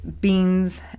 beans